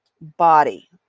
body